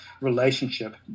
relationship